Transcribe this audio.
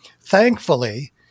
thankfully